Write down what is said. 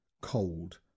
cold